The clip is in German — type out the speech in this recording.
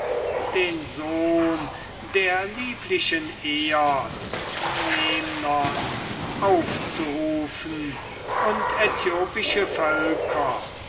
den sohn der lieblichen eos memnon aufzurufen und äthiopische völker